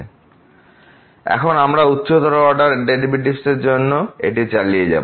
x0y0fx0y0Δy fx0y0Δy এখন আমরা উচ্চতর অর্ডার ডেরিভেটিভসের জন্য এটি চালিয়ে যাব